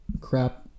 crap